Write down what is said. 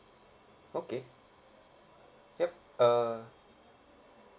okay yup uh